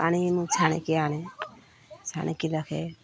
ପାଣି ମୁଁ ଛାଣିକି ଆଣେ ଛାଣିକି ରଖେ